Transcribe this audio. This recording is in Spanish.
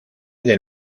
del